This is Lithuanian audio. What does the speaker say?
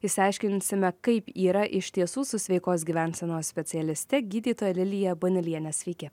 išsiaiškinsime kaip yra iš tiesų su sveikos gyvensenos specialiste gydytoja lilija baneliene sveiki